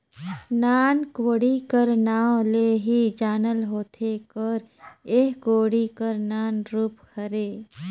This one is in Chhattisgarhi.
नान कोड़ी कर नाव ले ही जानल होथे कर एह कोड़ी कर नान रूप हरे